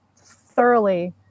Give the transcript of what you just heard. thoroughly